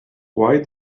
why